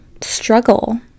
struggle